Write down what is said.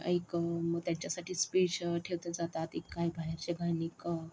एक त्यांच्यासाठी स्पेशल ठेवता जातात एक काही बाहेरच्या आणीक